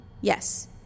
Yes